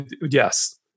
yes